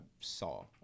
saw